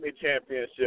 championship